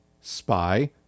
Spy